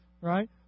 right